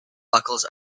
buckles